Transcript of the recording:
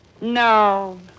No